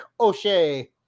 O'Shea